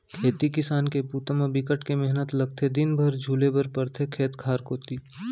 खेती किसान के बूता म बिकट के मेहनत लगथे दिन भर झुले बर परथे खेत खार कोती